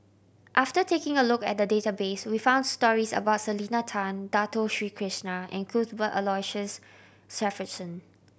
after taking a look at the database we found stories about Selena Tan Dato Sri Krishna and Cuthbert Aloysius Shepherdson